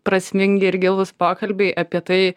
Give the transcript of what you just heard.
prasmingi ir gilūs pokalbiai apie tai